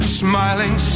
smiling